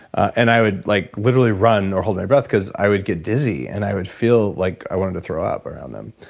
and i would like literally run or hold my breath cause i would get dizzy and i would feel like i wanted to throw up around them.